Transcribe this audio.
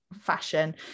fashion